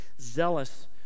zealous